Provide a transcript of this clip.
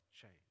change